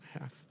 half